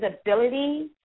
ability